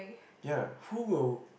ya who will